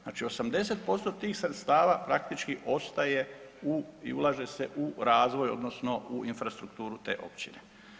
Znači 80% tih sredstava praktički ostaje i ulaže se u razvoj, odnosno u infrastrukturu te općine.